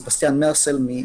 מרסל,